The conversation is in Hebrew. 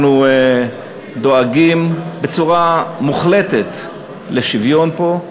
אנחנו דואגים בצורה מוחלטת לשוויון פה.